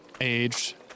aged